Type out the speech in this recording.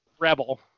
rebel